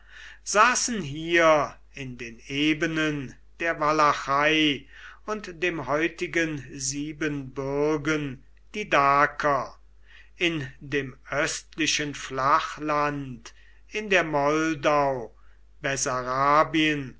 saßen hier in den ebenen der walachei und dem heutigen siebenbürgen die daker in dem östlichen flachland in der moldau